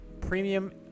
premium